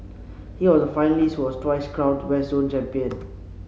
he was a finalist who was twice crowned West Zone champion